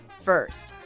First